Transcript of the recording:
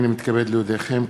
הנני מתכבד להודיעכם,